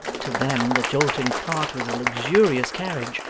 to them the jolting cart was a luxurious carriage,